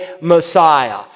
Messiah